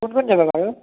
কোন কোন যাবা বাৰু